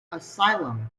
asylum